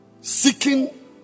seeking